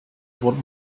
want